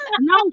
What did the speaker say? no